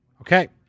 Okay